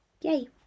Yay